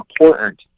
important